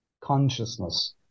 consciousness